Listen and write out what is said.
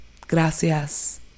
Gracias